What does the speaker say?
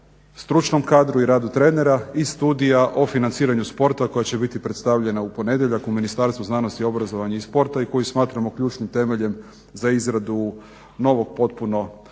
stručnom kadru i radu trenera i Studija o financiranju sporta koja će biti predstavljena u ponedjeljak u Ministarstvu znanosti, obrazovanja i sporta i koji smatramo ključnim temeljem za izradu novog potpuno programa